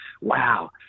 wow